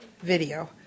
video